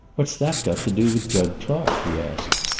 what's that got to do with jud clark? he asked.